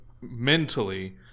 mentally